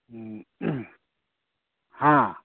ꯎꯝ ꯍꯥ